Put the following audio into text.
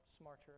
smarter